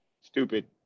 Stupid